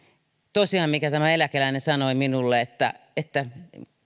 minkä tämä eläkeläinen sanoi minulle että että